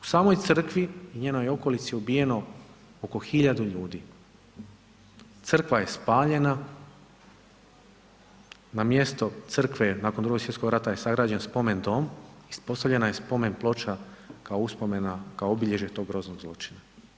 U samoj crkvi i njenoj okolici je ubijeno oko hiljadu ljudi, crkva je spaljena, na mjesto crkve je, nakon Drugog svjetskog rata je sagrađen spomen dom i ispostavljena je spomen ploča kao uspomena, kao obilježje tog groznog zločina.